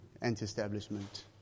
anti-establishment